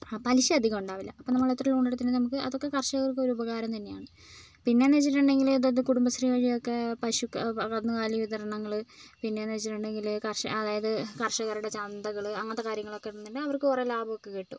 പലിശ അധികം ഉണ്ടാവില്ല അപ്പോൾ നമ്മൾ എത്ര ലോണെടുത്തിട്ടുണ്ടേലും നമുക്ക് അതൊക്കെ കർഷകർക്കൊരു ഉപകാരം തന്നെയാണ് പിന്നേന്ന് വെച്ചിട്ടുണ്ടെങ്കിൽ അതാത് കുടുംബശ്രീ വഴിയൊക്കെ പശുക്കൾ കന്നുകാലി വിതരണങ്ങൾ പിന്നെന്നു വെച്ചിട്ടുണ്ടെങ്കിൽ കർഷകർ അതായത് കർഷകരുടെ ചന്തകൾ അങ്ങനത്തെ കാര്യങ്ങളൊക്കെ ഉണ്ടെങ്കിൽ അവർക്ക് കുറെ ലാഭമൊക്കെ കിട്ടും